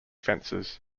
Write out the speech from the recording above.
fences